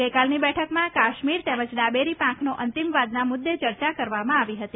ગઇકાલની બેઠકમાં કાશ્મીર તેમજ ડાબેરી પાંખનો અંતિમવાદના મુદ્દે ચર્ચા કરવામાં આવી હતી